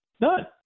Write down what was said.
None